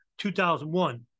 2001